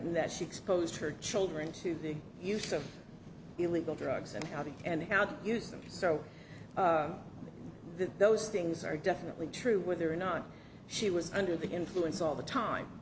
in that she exposed her children to big use of illegal drugs and how to and how to use them so that those things are definitely true whether or not she was under the influence all the time